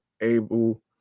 able